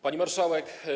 Pani Marszałek!